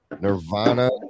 Nirvana